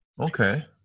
Okay